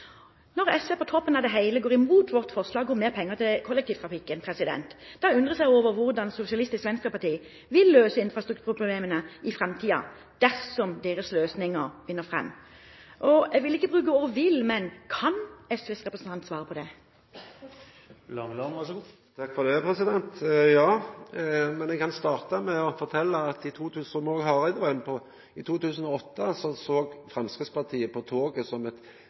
Når SV på toppen av det hele går imot vårt forslag om mer penger til kollektivtrafikken, undres jeg over hvordan Sosialistisk Venstreparti vil løse infrastrukturproblemene i framtiden dersom deres løsninger vinner fram. Jeg vil ikke bruke ordet «vil», men kan SVs representant svare på det? Ja, men eg kan starta med å fortelja, som òg Hareide var inne på, at i 2008 såg Framstegspartiet på toget som